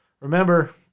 Remember